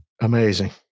Amazing